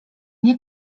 nie